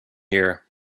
here